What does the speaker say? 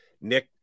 Nick